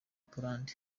poland